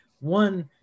one